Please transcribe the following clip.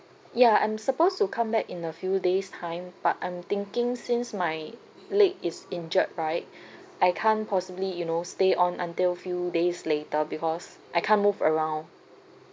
ya I'm supposed to come back in a few days time but I'm thinking since my leg is injured right I can't possibly you know stay on until few days later because I can't move around